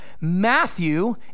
Matthew